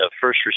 first